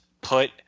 put